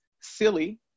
silly